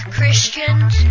Christians